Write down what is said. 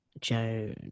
Joan